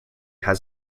has